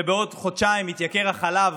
ובעוד חודשיים יתייקר החלב